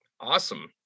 Awesome